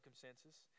circumstances